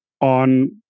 on